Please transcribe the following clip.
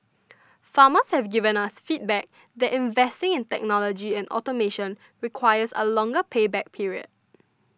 farmers have given us feedback that investing in technology and automation requires a longer pay back period